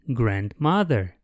grandmother